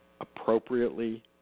appropriately